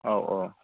औ औ